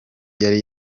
yari